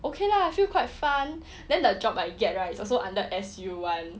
okay lah I feel quite fun then the job I get right is also under S_U [one]